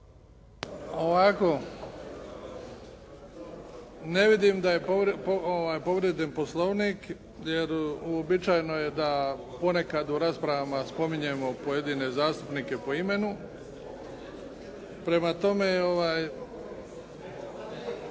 Ovako, ne vidim da je povrijeđen Poslovnik jer uobičajeno je da ponekad u raspravama spominjemo pojedine zastupnike po imenu. Prema tome, ako,